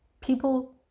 people